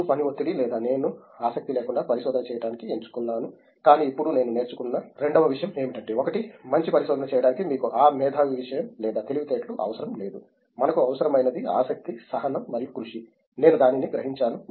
అప్పుడు పని ఒత్తిడి లేదా నేను ఆసక్తి లేకుండా పరిశోధన చేయటానికి ఎంచుకున్నాను కానీ ఇప్పుడు నేను నేర్చుకున్న రెండవ విషయం ఏమిటంటే ఒకటి మంచి పరిశోధన చేయడానికి మీకు ఆ మేధావి విషయం లేదా తెలివితేటలు అవసరం లేదు మనకు అవసరమైనది ఆసక్తి సహనం మరియు కృషి నేను దానిని గ్రహించాను